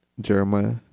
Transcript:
Jeremiah